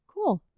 Cool